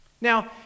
Now